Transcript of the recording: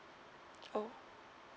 oh